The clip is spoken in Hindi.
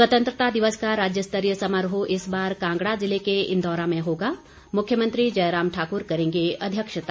स्वतंत्रता दिवस का राज्यस्तरीय समारोह इस बार कांगडा जिले के इंदौरा में होगा मुख्यमंत्री जयराम ठाकुर करेंगे अध्यक्षता